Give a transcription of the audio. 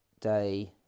Day